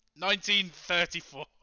1934